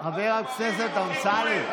חבר הכנסת אמסלם,